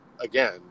again